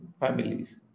families